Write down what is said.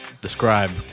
describe